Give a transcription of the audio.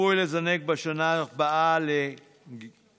צפוי לזנק בשנה הבאה ל-80%.